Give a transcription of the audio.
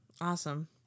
awesome